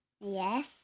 Yes